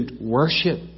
worship